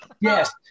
Yes